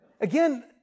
Again